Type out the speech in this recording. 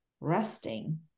resting